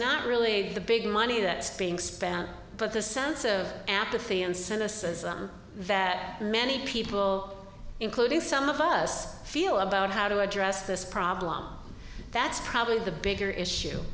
not really the big money that's being spent but the sense of apathy and cynicism that many people including some of us feel about how to address this problem that's probably the bigger issue